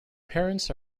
parents